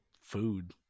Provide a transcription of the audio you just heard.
food